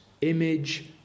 image